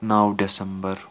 نو December